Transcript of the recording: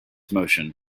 motion